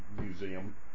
Museum